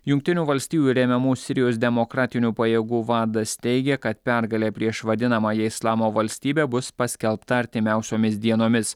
jungtinių valstijų remiamų sirijos demokratinių pajėgų vadas teigė kad pergalė prieš vadinamąją islamo valstybę bus paskelbta artimiausiomis dienomis